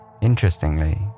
Interestingly